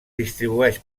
distribueix